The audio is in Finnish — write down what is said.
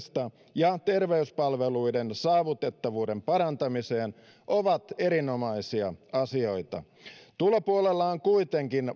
ja terveyspalveluiden saavutettavuuden parantamiseen ovat erinomaisia asioita tulopuolella on kuitenkin